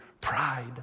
Pride